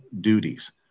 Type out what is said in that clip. duties